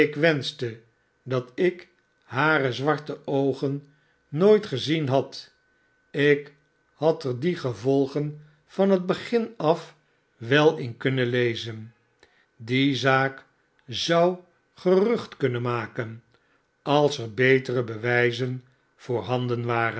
wenschte dat ik hare zwarte oogen nooit gezien had ik had er die gevolgen van het begin af wel in kunnen lezen die zaak zou gerucht kunnen maken als er betere bewijzen voorhanden waren